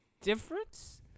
difference